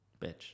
bitch